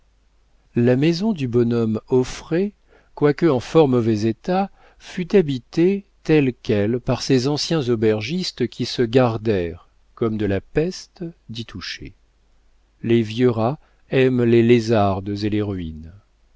la maison du bonhomme auffray quoique en fort mauvais état fut habitée telle quelle par ces anciens aubergistes qui se gardèrent comme de la peste d'y toucher les vieux rats aiment les lézardes et les ruines